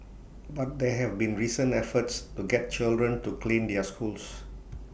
but there have been recent efforts to get children to clean their schools